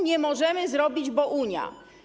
Nie możemy zrobić, bo Unia.